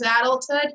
adulthood